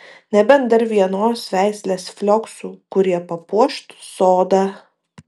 nebent dar vienos veislės flioksų kurie papuoštų sodą